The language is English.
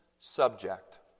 subject